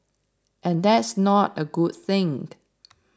and that's not a good thing